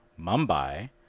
Mumbai